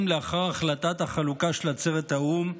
לאחר החלטת החלוקה של עצרת האו"ם,